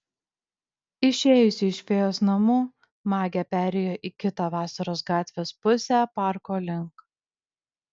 išėjusi iš fėjos namų magė perėjo į kitą vasaros gatvės pusę parko link